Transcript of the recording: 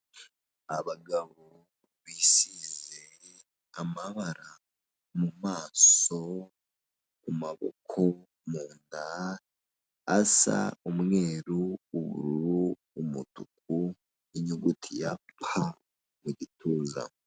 Abagabo bisize amabara mu maso, mu maboko, mu nda, asa umweru, ubururu, umutuku, inyuguti ya pa mu gituza.